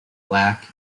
black